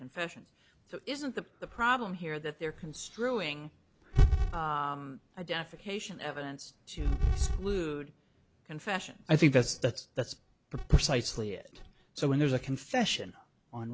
confession so isn't the problem here that there construing identification evidence to lewd confession i think that's that's that's precisely it so when there's a confession on